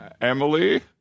Emily